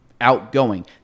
outgoing